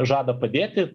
žada padėti